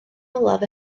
olaf